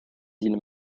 îles